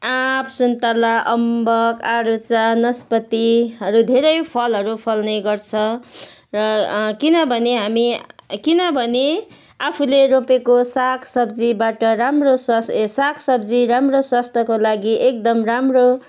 आँप सुन्तला अम्बक आरुचा नस्पतिहरू धेरै फलहरू फल्ने गर्छ किनभने हामी किनभने आफूले रोपेको साग सब्जीबाट राम्रो स्वस् ए सागसब्जी राम्रो स्वस्थ्यको लागि एकदम राम्रो